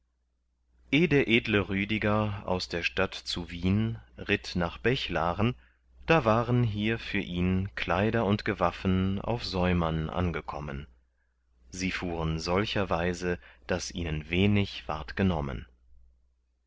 der edle rüdiger aus der stadt zu wien ritt nach bechlaren da waren hier für ihn kleider und gewaffen auf säumern angekommen sie fuhren solcherweise daß ihnen wenig ward genommen